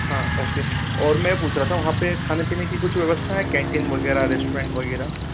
हाँ ओके और मैं पूछ रहा था वहाँ पर खाने पीने की कुछ व्यवस्था है कैंटीन वग़ैरह रेस्टोरेंट वग़ैरह